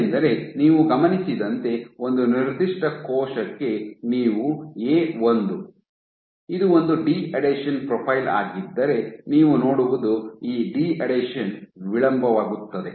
ಏನೆಂದರೆ ನೀವು ಗಮನಿಸಿದಂತೆ ಒಂದು ನಿರ್ದಿಷ್ಟ ಕೋಶಕ್ಕೆ ನೀವು ಎ ಒಂದು ಇದು ಒಂದು ಡಿಅಡೆಷನ್ ಪ್ರೊಫೈಲ್ ಆಗಿದ್ದರೆ ನೀವು ನೋಡುವುದು ಈ ಡಿಅಡೆಷನ್ ವಿಳಂಬವಾಗುತ್ತದೆ